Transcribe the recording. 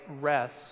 rest